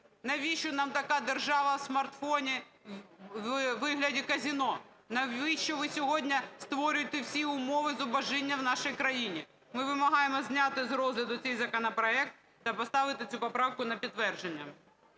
Навіщо нам така держава в смартфоні у вигляді казино? Навіщо ви сьогодні створюєте всі умови зубожіння в нашій країні? Ми вимагаємо зняти з розгляду цей законопроект та поставити цю поправку на підтвердження.